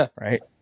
right